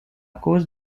cause